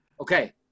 okay